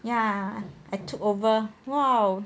ya I took over !wow!